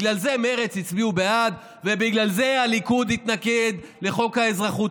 בגלל זה מרצ הצביעו בעד ובגלל זה הליכוד התנגד לחוק האזרחות.